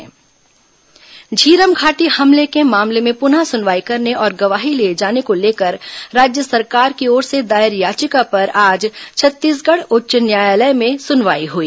high court Jhiram Ghati Jhiram Ghati हमले के मामले में पुनः सुनवाई करने और गवाही लिए जाने को लेकर राज्य सरकार की ओर से दायर याचिका पर आज छत्तीसगढ़ उच्च न्यायालय में सुनवाई हुई